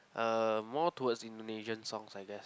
uh more towards Indonesian songs I guess